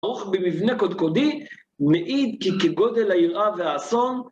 אך במבנה קודקודי, מעיד כי כגודל היראה והאסון